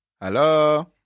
Hello